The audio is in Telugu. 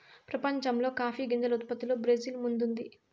ప్రపంచంలో కాఫీ గింజల ఉత్పత్తిలో బ్రెజిల్ ముందుంది